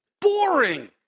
boring